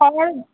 और